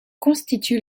constitue